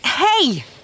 Hey